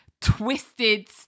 twisted